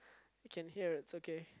I can hear it's okay